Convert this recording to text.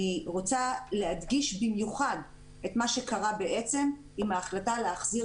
אני רוצה להדגיש במיוחד את מה שקרה עם ההחלטה להחזיר